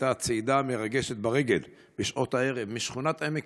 הייתה הצעידה המרגשת ברגל בשעות הערב משכונת עמק